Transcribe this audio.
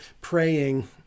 praying